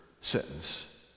sentence